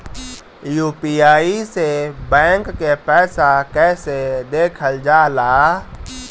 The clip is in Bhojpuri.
यू.पी.आई से बैंक के पैसा कैसे देखल जाला?